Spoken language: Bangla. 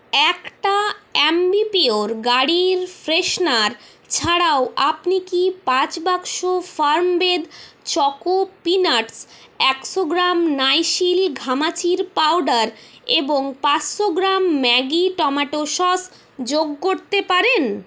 একটা আ্যম্বিপিওর গাড়ির ফ্রেশনার ছাড়াও আপনি কি পাঁচ বাক্স ফার্মবেদ চকো পিনাটস্ একশো গ্রাম নাইসিল ঘামাচির পাউডার এবং পাঁচশো গ্রাম ম্যাগি টমেটো সস যোগ করতে পারেন